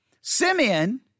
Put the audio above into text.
Simeon